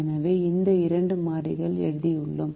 எனவே இந்த இரண்டு மாறிகள் எழுதியுள்ளோம்